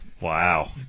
Wow